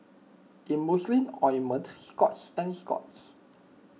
Emulsying Ointment Scott's and Scott's